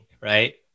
right